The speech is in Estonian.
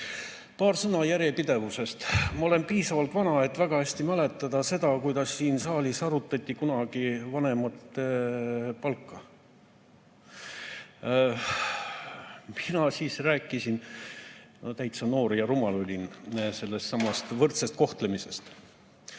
eest. Paar sõna järjepidevusest. Ma olen piisavalt vana, et väga hästi mäletada seda, kuidas siin saalis arutati kunagi vanemate palga teemat. Mina siis rääkisin – täitsa noor ja rumal olin – sellestsamast võrdsest kohtlemisest.